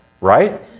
right